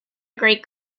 great